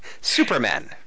supermen